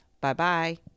Bye-bye